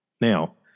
Now